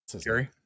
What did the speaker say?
Gary